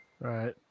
right